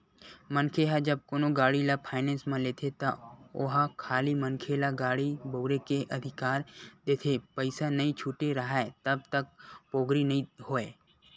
मनखे ह जब कोनो गाड़ी ल फायनेंस म लेथे त ओहा खाली मनखे ल गाड़ी बउरे के अधिकार देथे पइसा नइ छूटे राहय तब तक पोगरी नइ होय